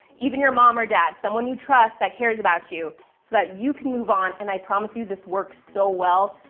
even your mom or dad. someone you trust that cares about you so that you can move on, and i promise you, this works so well.